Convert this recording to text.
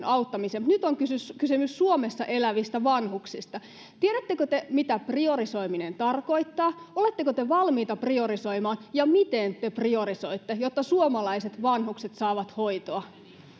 auttamiseen mutta nyt on kysymys kysymys suomessa elävistä vanhuksista tiedättekö te mitä priorisoiminen tarkoittaa oletteko te valmiita priorisoimaan ja miten te priorisoitte jotta suomalaiset vanhukset saavat hoitoa